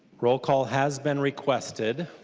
roll call has been requested.